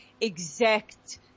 exact